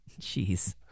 Jeez